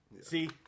See